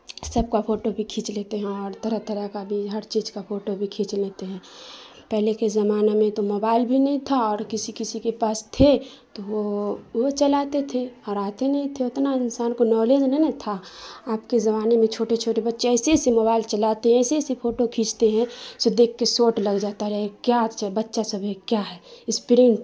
سب کا پھوٹو بھی کھینچ لیتے ہیں اور طرح طرح کا بھی ہر چیز کا فوٹو بھی کھینچ لیتے ہیں پہلے کے زمانہ میں تو موبائل بھی نہیں تھا اور کسی کسی کے پاس تھے تو وہ وہ چلاتے تھے اور آتے نہیں تھے اتنا انسان کو نالج بھی نہیں نا تھا اب کے زمانے میں چھوٹے چھوٹے بچے ایسی ایسی موبائل چلاتے ہیں ایسی ایسی فوٹو کھینچتے ہیں سو دیکھ کے سوٹ لگ جاتا رے کیا بچہ سبھی کیا ہے اسپرنگ